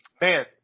man